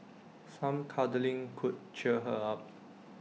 some cuddling could cheer her up